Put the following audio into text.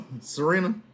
Serena